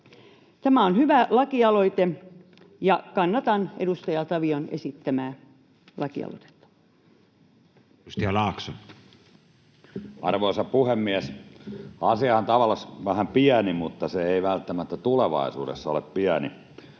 Tämä on hyvä lakialoite, ja kannatan edustaja Tavion esittämää lakialoitetta. Edustaja Laakso. Arvoisa puhemies! Asiahan on tavallansa vähän pieni, mutta se ei välttämättä tulevaisuudessa ole pieni.